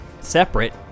separate